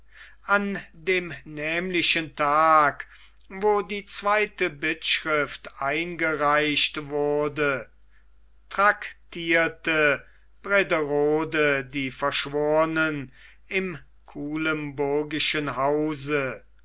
an dem nämlichen tag wo die zweite bittschrift eingereicht wurde traktierte brederode die verschworen im kuilemburgischen hause